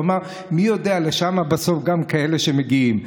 הוא אמר: מי יודע, גם לשם יש כאלה שמגיעים בסוף.